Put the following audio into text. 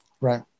Right